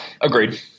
agreed